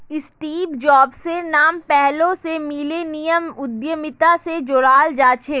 Steve जॉब्सेर नाम पैहलौं स मिलेनियम उद्यमिता स जोड़ाल जाछेक